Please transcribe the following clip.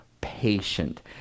patient